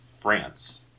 France